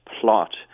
plot